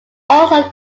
also